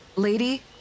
Lady